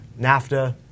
NAFTA